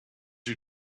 you